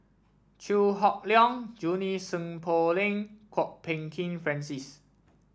Chew Hock Leong Junie Sng Poh Leng Kwok Peng Kin Francis